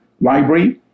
Library